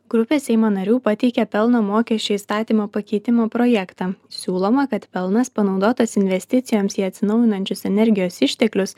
grupė seimo narių pateikė pelno mokesčio įstatymo pakeitimo projektą siūloma kad pelnas panaudotas investicijoms į atsinaujinančius energijos išteklius